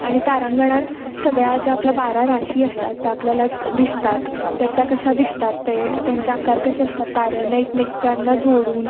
आणि तारांगणात सगळ्या ज्या आपल्या बारा राशी असतात त्या आपल्याला दिसतात तर त्या कशा दिसतात ते त्यांच्या आकार कसे असतात ताऱ्यांना एकमेकांना जोडून